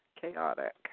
chaotic